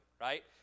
right